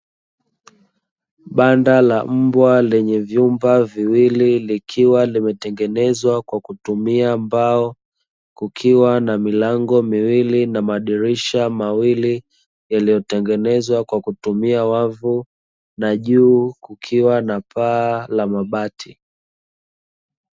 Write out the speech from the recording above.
Banda la mbwa lenye vyumba viwili likiwa limetengenezwa kwa kutumia mbao, kukiwa na milango miwili madirisha mawili yaliyotengenezwa kwa kutumia wavu na juu kukiwa na paa la mabati.